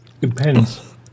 Depends